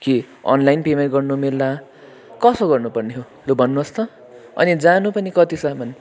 कि online payment गर्न मिल्ला कसो गर्नु पर्ने हो लु भन्नुहोस् त अनि जानु पनि कतिसम्म